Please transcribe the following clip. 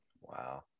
Wow